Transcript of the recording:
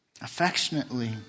Affectionately